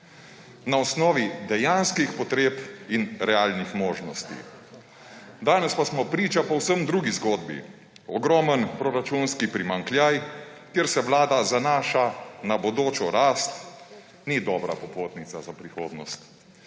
na osnovi dejanskih potreb in realnih možnosti. Danes pa smo priča povsem drugi zgodbi. Ogromen proračunski primanjkljaj, kjer se vlada zanaša na bodočo rast, ni dobra popotnica za prihodnost.